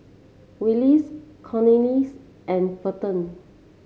Willis Cornelius and Felton